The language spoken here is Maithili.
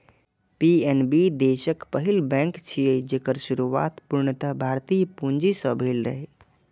पी.एन.बी देशक पहिल बैंक छियै, जेकर शुरुआत पूर्णतः भारतीय पूंजी सं भेल रहै